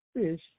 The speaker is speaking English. fish